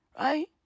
Right